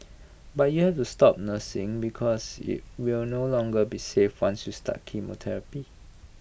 but you have the stop nursing because IT will no longer be safe once you start chemotherapy